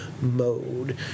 mode